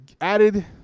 added